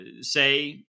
say